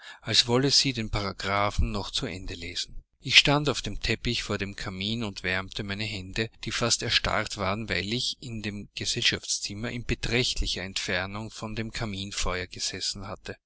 als wolle sie den paragraphen noch zu ende lesen ich stand auf dem teppich vor dem kamin und wärmte meine hände die fast erstarrt waren weil ich in dem gesellschafszimmer in beträchtlicher entfernung von dem kaminfeuer gesessen hatte